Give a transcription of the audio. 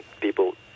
people